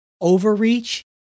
overreach